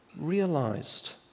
realized